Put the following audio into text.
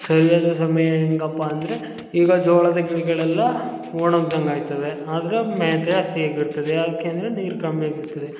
ಸರಿಯಾದ ಸಮಯ ಹೇಗಪ್ಪ ಅಂದರೆ ಈಗ ಜೋಳದ ಗಿಡಗಳೆಲ್ಲ ಒಣಗ್ದಂಗೆ ಆಗ್ತದೆ ಆದರೆ ಸಿಗುತ್ತದೆ ಯಾಕೆ ಅಂದರೆ ನೀರು ಕಮ್ಮಿ